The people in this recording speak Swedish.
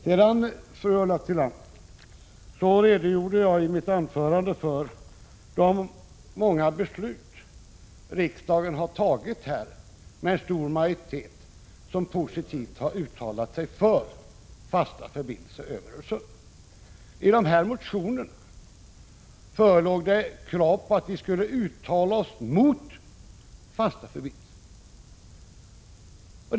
Sedan, Ulla Tillander, redogjorde jag i mitt anförande för de många beslut som riksdagen har fattat med stor majoritet och som innebär positiva uttalanden för fasta förbindelser över Öresund. I motionerna förelåg krav på att vi skulle uttala oss mot fasta förbindelser.